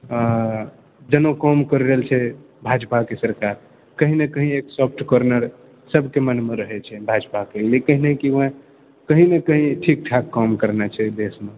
जेना काम करि रहल छै भाजपाके सरकार कही ने कही एक सॉफ्ट कार्नर सबके मनमे रहै छै भाजपाके लेकिन ओएह कही ने कही ठीक ठाक काम करने छै देशमे